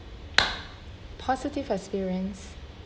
positive experience